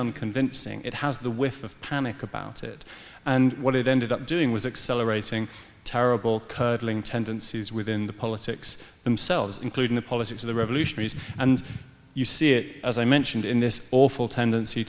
unconvincing it has the with of panic about it and what it ended up doing was accelerating terrible curdling tendencies within the politics themselves including the policies of the revolutionaries and you see it as i mentioned in this awful tendency